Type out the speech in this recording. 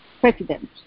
president